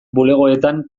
bulegoetan